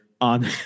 on